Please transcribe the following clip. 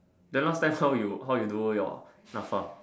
then last time how you how you know your N_A_P_F_A